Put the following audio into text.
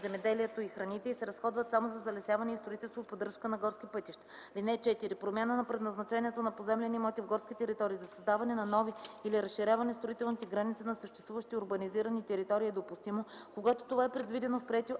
земеделието и храните и се разходват само за залесяване и строителство и поддръжка на горски пътища. (4) Промяна на предназначението на поземлени имоти в горски територии за създаване на нови или разширяване строителните граници на съществуващи урбанизирани територии е допустимо, когато това е предвидено в приети